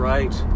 Right